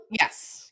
yes